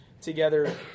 together